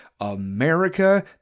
America